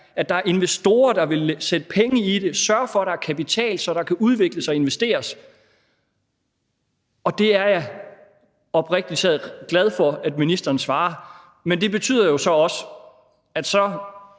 at der er investorer, der vil sætte penge i det og sørge for, at der er kapital, så der kan udvikles og investeres. Og det er jeg oprigtig talt glad for at ministeren svarer. Men det betyder så også, at det